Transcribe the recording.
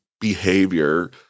behavior